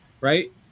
right